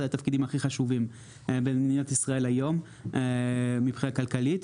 התפקידים היותר חשובים במדינת ישראל היום מבחינה כלכלית.